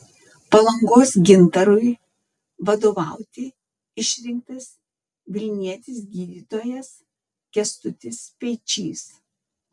palangos gintarui vadovauti išrinktas vilnietis gydytojas kęstutis speičys